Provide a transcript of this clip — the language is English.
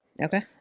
Okay